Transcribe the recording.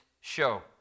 Show